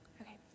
Okay